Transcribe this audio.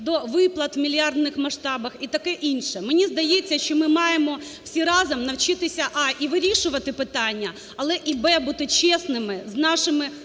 до виплат у мільярдних масштабах і таке інше. Мені здається, що ми маємо всі разом навчитися: а) і вирішувати питання, але і б) бути чесними з нашими громадянами,